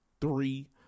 three